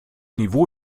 niveau